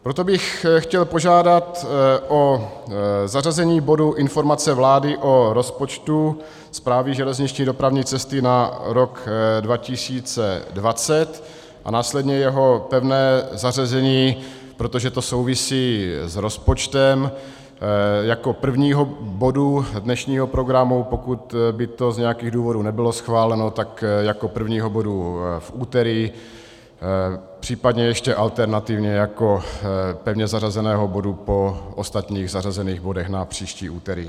Proto bych chtěl požádat o zařazení bodu Informace vlády o rozpočtu Správy železniční dopravní cesty na rok 2020 a následně jeho pevné zařazení, protože to souvisí s rozpočtem, jako prvního bodu dnešního programu, pokud by to z nějakých důvodů nebylo schváleno, tak jako prvního bodu v úterý, případně ještě alternativně jako pevně zařazeného bodu po ostatních zařazených bodech na příští úterý.